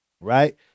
right